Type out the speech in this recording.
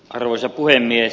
arvoisa puhemies